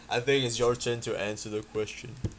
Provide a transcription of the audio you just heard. I think it's your turn to answer the question